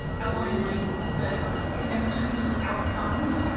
outline like the connection to outcomes.